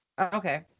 Okay